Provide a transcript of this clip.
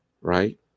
right